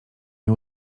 nie